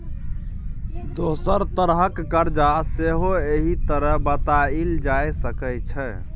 दोसर तरहक करजा सेहो एहि तरहें बताएल जा सकै छै